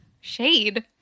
Shade